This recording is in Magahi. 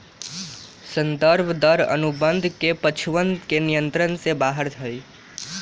संदर्भ दर अनुबंध के पक्षवन के नियंत्रण से बाहर हई